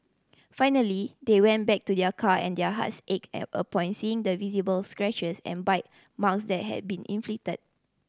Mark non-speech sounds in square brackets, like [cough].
finally they went back to their car and their hearts ached [hesitation] upon seeing the visible scratches and bite marks that had been inflicted